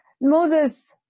Moses